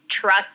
trust